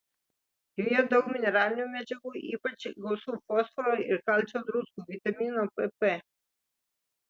joje daug mineralinių medžiagų ypač gausu fosforo ir kalcio druskų vitamino pp